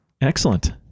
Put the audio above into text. Excellent